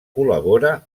col·labora